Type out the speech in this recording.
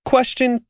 Question